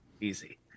easy